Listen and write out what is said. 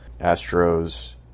Astros